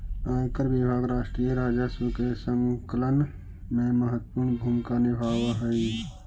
आयकर विभाग राष्ट्रीय राजस्व के संकलन में महत्वपूर्ण भूमिका निभावऽ हई